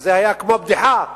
זה היה כמו בדיחה.